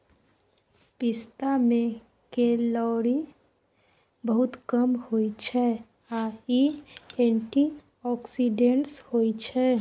पिस्ता मे केलौरी बहुत कम होइ छै आ इ एंटीआक्सीडेंट्स होइ छै